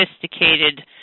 sophisticated